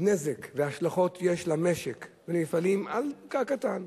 נזק והשלכות יש למשק ולמפעלים בגלל פקק קטן?